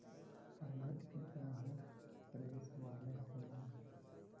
कागज के ग्राहक प्रेस वाले होलन